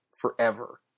forever